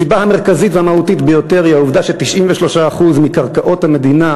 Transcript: הסיבה המרכזית והמהותית ביותר היא העובדה ש-93% מן הקרקעות לבנייה